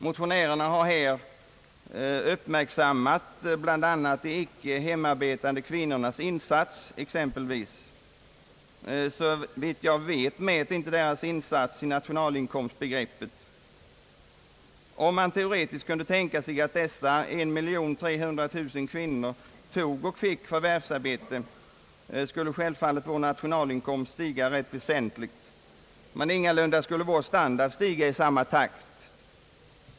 Motionärerna har här uppmärksammat de icke betalda hemarbetande «kvinnornas insatser exempelvis — såvitt jag vet mäts inte deras insats i nationalinkomstbegreppet. Om man teoretiskt kunde tänka sig att dessa 1300 000 kvinnor tog och fick förvärvsarbete skulle självfallet vår nationalinkomst stiga rätt väsentligt, men ingalunda skulle vår standard stiga i samma takt.